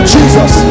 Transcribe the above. Jesus